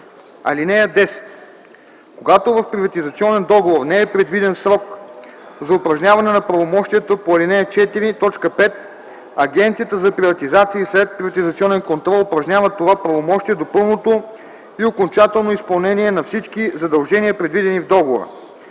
цена. (10) Когато в приватизационен договор не е предвиден срок за упражняване на правомощието по ал. 4, т. 5, Агенцията за приватизация и следприватизационен контрол упражнява това правомощие до пълното и окончателно изпълнение на всички задължения, предвидени в договора.